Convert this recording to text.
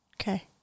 Okay